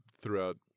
throughout